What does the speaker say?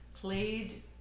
played